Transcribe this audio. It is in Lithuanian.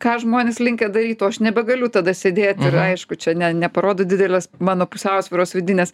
ką žmonės linkę daryt o aš nebegaliu tada sėdėti ir aišku čia ne neparodo didelės mano pusiausvyros vidinės